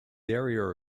area